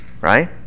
right